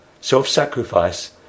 self-sacrifice